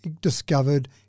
discovered